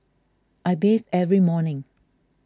I bathe every morning